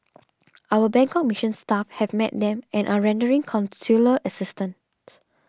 our Bangkok Mission staff have met them and are rendering consular assistance's